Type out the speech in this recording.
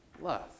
Love